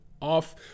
off